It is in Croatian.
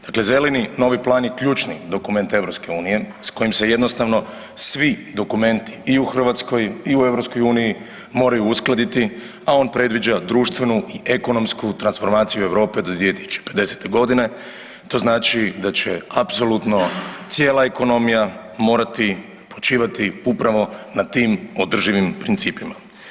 Dakle Zeleni novi plan je ključni dokument EU s kojim se jednostavno svi dokumenti i u Hrvatskoj i u EU moraju uskladiti, a on predviđa društvenu i ekonomsku transformaciju Europe do 2050. g., to znači da će apsolutno cijela ekonomija morati počivati upravo na tim održivim principima.